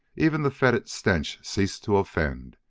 even the fetid stench ceased to offend.